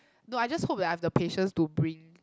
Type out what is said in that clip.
no I just hope that I have the patience to bring